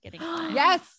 Yes